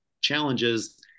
challenges